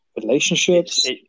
relationships